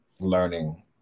learning